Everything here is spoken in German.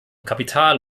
kapital